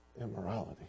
immorality